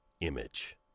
image